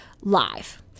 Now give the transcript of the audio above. live